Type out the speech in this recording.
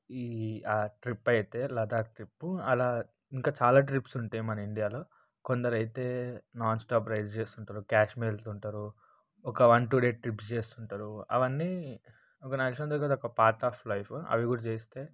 ఈ ట్రిప్ అయితే లడఖ్ ట్రిప్పు అలా ఇంకా చాలా ట్రిప్స్ ఉంటాయి మన ఇండియాలో కొందరైతే నాన్స్టాప్ రైస్ చేస్తుంటారు క్యాశ్మీర్ వెళ్తుంటారు ఒక వన్ టూ డేస్ ట్రిప్స్ చేస్తుంటారు అవన్నీ ఒక నాకు తెలిసినంత వరకు అదొక పార్ట్ ఆఫ్ లైఫ్ అవి కూడా చేస్తే